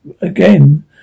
again